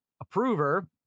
approver